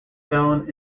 stone